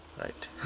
right